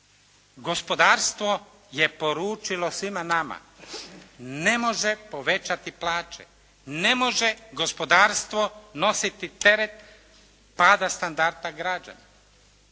Gospodarstvo je poručilo svima nama, ne može povećati plaće, ne može gospodarstvo nositi teret pada standarda građana.